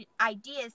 ideas